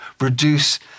reduce